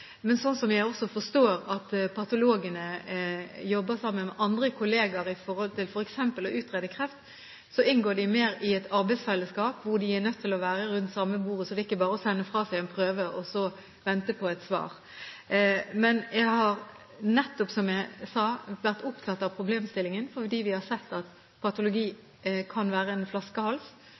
Men slik som jeg forstår at patologene jobber sammen med andre kolleger om f.eks. å utrede kreft, inngår de mer i et arbeidsfellesskap hvor de er nødt til å være rundt samme bordet, så det er ikke bare å sende fra seg en prøve og så vente på et svar. Jeg har imidlertid, som jeg sa, vært opptatt av problemstillingen, fordi vi har sett at patologi kan være en flaskehals.